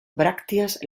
brácteas